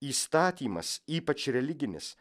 įstatymas ypač religinis